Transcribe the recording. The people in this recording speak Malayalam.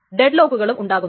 ഡെഡ് ലോക്കുകളും ഉണ്ടാകുന്നു